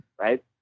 right